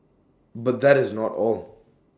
but that is not all